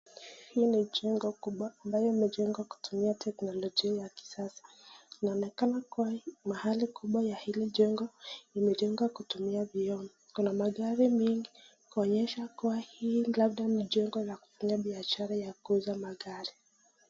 Hii ni jengo kubwa ambayo imejengwa kutumia teknolojia ya kisasa inaonekana kuwa mahali kubwa ya hii jengo imejengwa kutumia vioo. Kuna magari mengi kuonyesha labda hii ni jengi ya kufanya biashara ya kuuza magari.